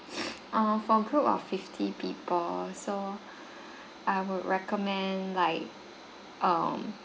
err for group of fifty people so I would recommend like um